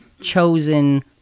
chosen